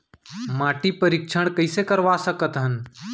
माटी परीक्षण कइसे करवा सकत हन?